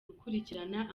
gukurikirana